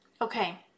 Okay